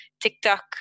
TikTok